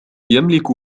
يملك